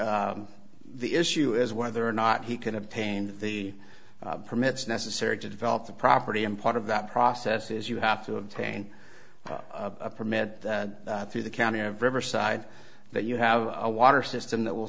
the the issue is whether or not he can obtain the permits necessary to develop the property and part of that process is you have to obtain a permit through the county of riverside that you have a water system that will